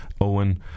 Owen